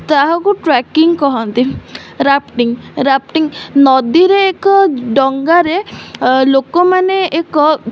ତାହାକୁ ଟ୍ରାକିଂ କହନ୍ତି rafting rafting ନଦୀରେ ଏକ ଡଙ୍ଗାରେ ଲୋକମାନେ ଏକ